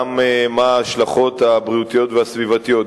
מה השלכות הבריאותיות והסביבתיות,